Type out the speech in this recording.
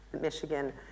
Michigan